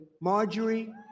Marjorie